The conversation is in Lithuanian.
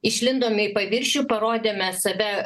išlindom į paviršių parodėme save